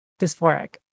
dysphoric